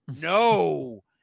no